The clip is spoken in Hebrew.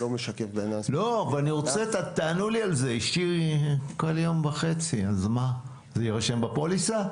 אשתי כל יום וחצי, אז זה יירשם בפוליסה?